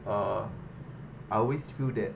uh I always feel that